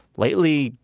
lately,